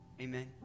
amen